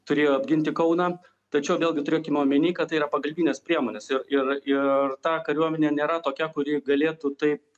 turėjo apginti kauną tačiau vėlgi turėkime omeny kad tai yra pagalbinės priemonės ir ir ir ta kariuomenė nėra tokia kuri galėtų taip